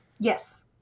Yes